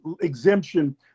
exemption